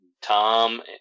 Tom